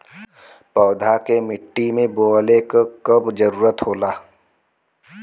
पौधा के मिट्टी में बोवले क कब जरूरत होला